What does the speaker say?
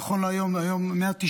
נכון להיום 191